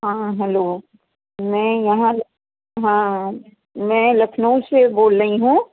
हा हलो मैं यहां हा मैं लखनऊ से बोल रही हूं